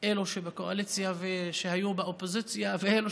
אלו שבקואליציה ושהיו באופוזיציה ואלו